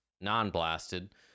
non-blasted